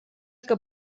que